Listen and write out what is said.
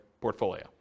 portfolio